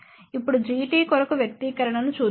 ఇప్పుడు Gtకొరకు వ్యక్తీకరణను చూద్దాం